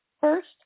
first